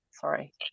Sorry